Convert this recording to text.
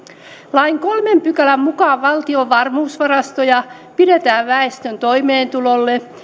lain kolmannen pykälän mukaan valtion varmuusvarastoja pidetään väestön toimeentulolle